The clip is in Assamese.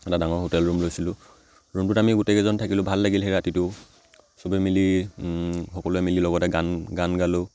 এটা ডাঙৰ হোটেল ৰুম লৈছিলোঁ ৰুমটোত আমি গোটেইকেইজন থাকিলোঁ ভাল লাগিল সেই ৰাতিটো চবেই মিলি সকলোৱে মিলি লগতে গান গান গালোঁ